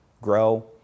grow